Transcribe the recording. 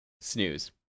snooze